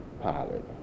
pilot